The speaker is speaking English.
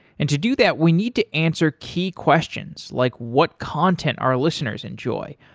and to do that we need to answer key questions, like what content our listeners enjoy?